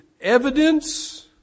evidence